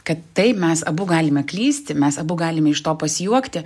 kad taip mes abu galime klysti mes abu galime iš to pasijuokti